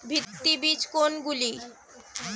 ভিত্তি বীজ কোনগুলি?